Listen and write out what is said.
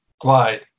glide